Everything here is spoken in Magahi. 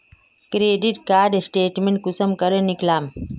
क्रेडिट कार्ड स्टेटमेंट कुंसम करे निकलाम?